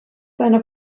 seiner